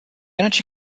energy